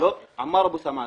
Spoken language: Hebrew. אדוני,